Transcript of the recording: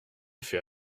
fait